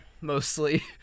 mostly